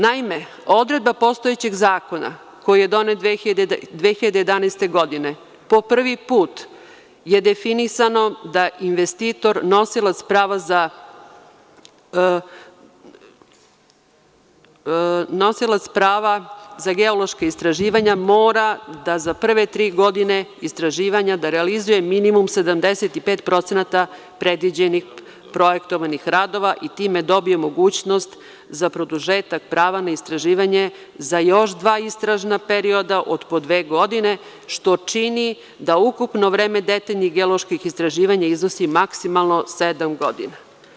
Naime, odredba postojećeg zakona, koji je donet 2011. godine, po prvi put je definisano da investitor nosilac prava za geološka istraživanja mora da za prve tri godine istraživanja realizuje minimum 75% predviđenih projektovanih radova i time dobije mogućnost za produžetak prava na istraživanje za još dva istražna period od po dve godine, što čini da ukupno vreme detaljnih geoloških istraživanja iznosi maksimalno sedam godina.